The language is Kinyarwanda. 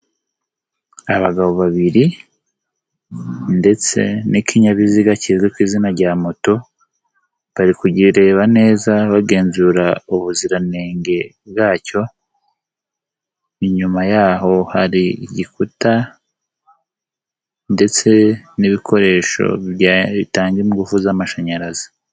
Abagabo babiri ndetse n'ikinyabiziga kizwi ku izina rya moto bari kukireba neza bagenzura ubuziranenge bwacyo, inyuma yaho hari igikuta ndetse n'ibikoresho bitanga ingufu z'amashanyarazi.